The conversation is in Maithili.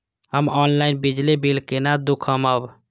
हम ऑनलाईन बिजली बील केना दूखमब?